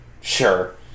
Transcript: sure